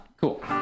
cool